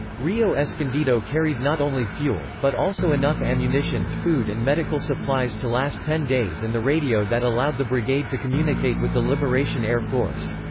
rio escondido carried not only fuel, but also enough ammunition, food and medical supplies to last ten days and the radio that allowed the brigade to communicate with the liberation air force.